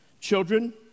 Children